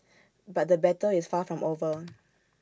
but the battle is far from over